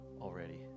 already